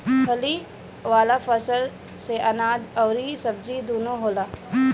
फली वाला फसल से अनाज अउरी सब्जी दूनो होला